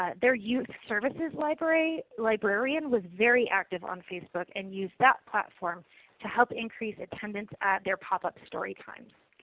ah their youth services library librarian was very active on facebook and used that platform to help increase attendance at their pop up story times.